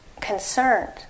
concerned